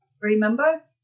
remember